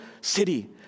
city